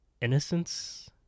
innocence